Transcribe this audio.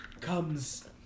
comes